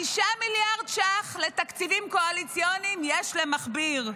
5 מיליארד ש"ח לתקציבים קואליציוניים יש למכביר,